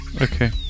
Okay